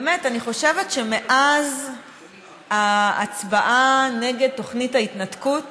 באמת, אני חושבת שמאז ההצבעה נגד תוכנית ההתנתקות